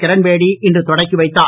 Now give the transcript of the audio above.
கிரண்பேடி இன்று தொடங்கி வைத்தார்